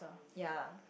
ya